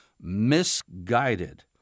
misguided